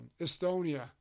Estonia